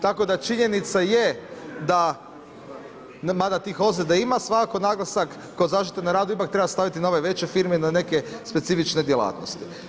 Tako da činjenica je da mada tih ozljeda ima svakako naglasak kod zaštite na radu ipak treba staviti na ove veće firme i na neke specifične djelatnosti.